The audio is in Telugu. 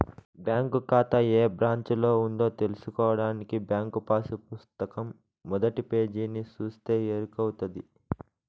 బ్యాంకు కాతా ఏ బ్రాంచిలో ఉందో తెల్సుకోడానికి బ్యాంకు పాసు పుస్తకం మొదటి పేజీని సూస్తే ఎరకవుతది